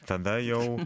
tada jau